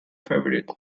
favorite